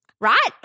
Right